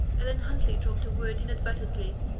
ellen huntley dropped a word inadvertently,